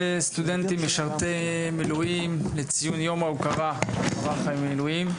סטודנטים משרתי מילואים לציון יום ההוקרה למערך המילואים.